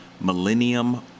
Millennium